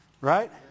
Right